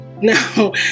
Now